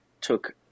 took